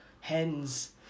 hens